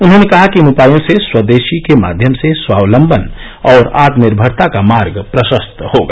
उन्होंने कहा कि इन उपायों से स्वदेशी के माध्यम से स्वावलंबन और आत्मनिर्भरता का मार्ग प्रशस्त होगा